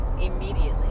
immediately